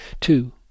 Two